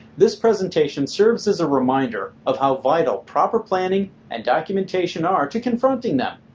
this presentation serves as a reminder of how vital proper planning and documentation are to confronting them.